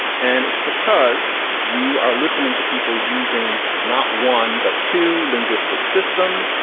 and it's because you are listening to people using not one, but two linguistic systems.